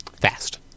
Fast